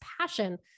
passion